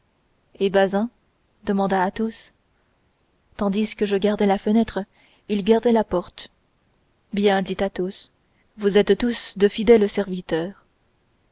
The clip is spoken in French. et bazin demanda athos tandis que je gardais la fenêtre il gardait la porte bien dit athos vous êtes tous de fidèles serviteurs